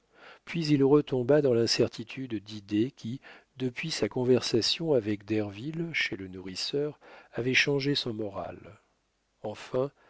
puis il retomba dans l'incertitude d'idées qui depuis sa conversation avec derville chez le nourrisseur avait changé son moral enfin